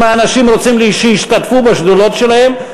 אם האנשים רוצים שישתתפו בשדולות שלהם,